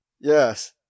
Yes